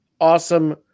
awesome